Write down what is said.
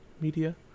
media